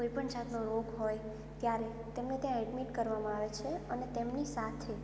કોઇપણ જાતનો રોગ હોય ત્યારે તેમને ત્યાં એડમિટ કરવામાં આવે છે અને તેમની સાથે